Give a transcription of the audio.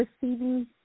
receiving